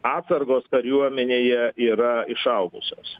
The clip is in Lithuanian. atsargos kariuomenėje yra išaugusios